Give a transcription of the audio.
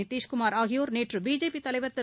நிதிஷ்குமார் ஆகியோர் நேற்று பிஜேபி தலைவர் திரு